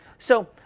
so